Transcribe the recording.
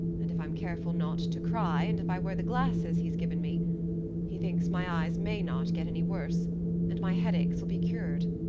and if i'm careful not to cry, and if i wear the glasses he's given me he thinks my eyes may not get any worse and my headaches will be cured.